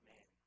Man